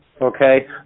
Okay